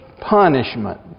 punishment